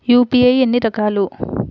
UPI ఎన్ని రకాలు?